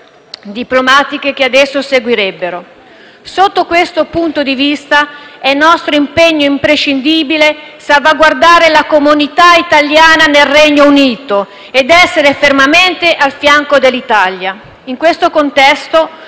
diplomatiche che ad esso seguirebbero. Sotto questo punto di vista, è nostro impegno imprescindibile salvaguardare la comunità italiana nel Regno Unito ed essere fermamente al fianco dell'Irlanda. In questo contesto,